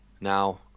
now